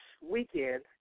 weekend